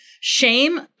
Shame